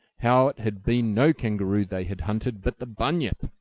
how it had been no kangaroo they had hunted, but the bunyip,